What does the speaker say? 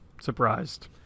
surprised